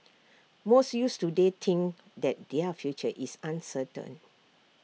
most youths today think that their future is uncertain